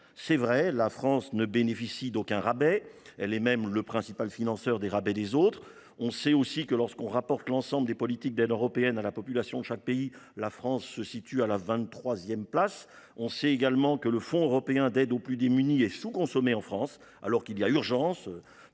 C’est vrai, la France ne bénéficie d’aucun rabais. Notre pays est même le principal financeur des rabais des autres. On sait aussi que, lorsque l’on rapporte l’ensemble des politiques d’aides européennes à la population de chaque pays, elle se situe à la vingt troisième place. On sait également que le Fonds européen d’aide aux plus démunis est sous consommé en France, alors qu’il y a urgence,